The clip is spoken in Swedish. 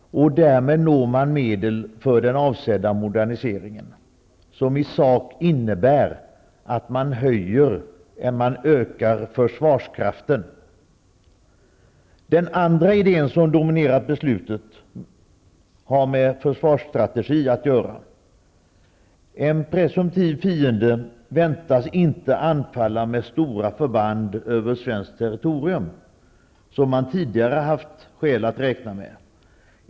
Därmed får man medel till den avsedda moderniseringen som i sak innebär att man ökar försvarskraften. Den andra idén som dominerat beslutet har med försvarsstrategi att göra. En presumtiv fiende väntas inte anfalla med stora förband över svenskt territorium, som man tidigare haft skäl att räkna med.